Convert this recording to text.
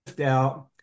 out